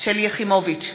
שלי יחימוביץ,